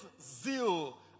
zeal